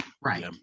right